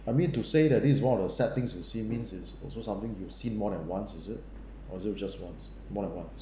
I mean to say that this is one of the sad things you see means is also something you seen more than once is it or is it just once more than once